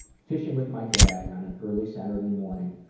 fishing with my dad on an early saturday morning.